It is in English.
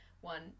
one